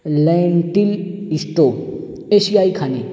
landing stew ایشیائی کھانے